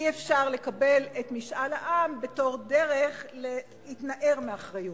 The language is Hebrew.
אי-אפשר לקבל את משאל העם בתור דרך להתנער מאחריות.